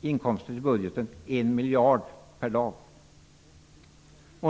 inkomster till budgeten på ungefär 1 miljard per dag.